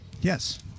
yes